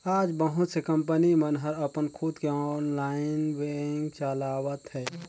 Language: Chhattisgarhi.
आज बहुत से कंपनी मन ह अपन खुद के ऑनलाईन बेंक चलावत हे